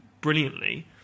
brilliantly